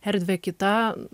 erdvę kita